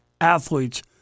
athletes